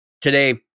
today